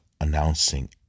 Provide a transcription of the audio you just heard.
announcing